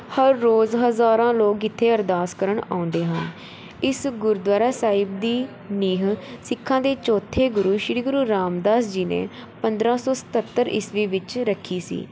ਹਰ ਰੋਜ਼ ਹਜ਼ਾਰਾਂ ਲੋਕ ਇੱਥੇ ਅਰਦਾਸ ਕਰਨ ਆਉਂਦੇ ਹਨ ਇਸ ਗੁਰਦੁਆਰਾ ਸਾਹਿਬ ਦੀ ਨੀਂਹ ਸਿੱਖਾਂ ਦੇ ਚੌਥੇ ਗੁਰੂ ਸ੍ਰੀ ਗੁਰੂ ਰਾਮਦਾਸ ਜੀ ਨੇ ਪੰਦਰਾਂ ਸੌ ਸਤੱਤਰ ਈਸਵੀ ਵਿੱਚ ਰੱਖੀ ਸੀ